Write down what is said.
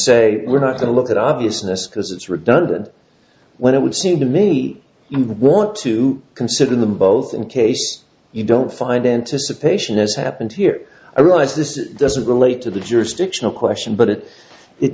say we're not going to look at obviousness because it's redundant when it would seem to millie and want to consider them both in case you don't find anticipation as happened here i realize this doesn't relate to the jurisdictional question but it i